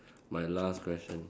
my last question